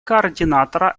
координатора